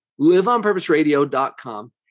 Liveonpurposeradio.com